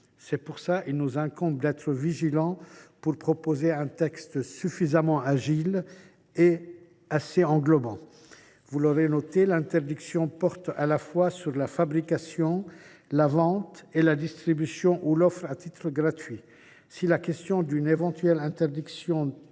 C’est pourquoi il nous incombe d’être vigilants pour proposer un texte suffisamment agile et englobant. Vous l’aurez noté, l’interdiction porte à la fois sur la fabrication, la vente et la distribution ou l’offre à titre gratuit. Si la question d’une éventuelle interdiction